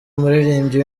umuririmbyi